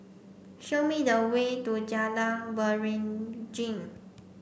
show me the way to Jalan Waringin